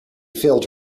filled